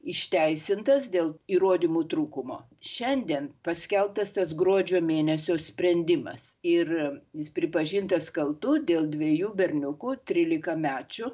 išteisintas dėl įrodymų trūkumo šiandien paskelbtas tas gruodžio mėnesio sprendimas ir jis pripažintas kaltu dėl dviejų berniukų trylikamečių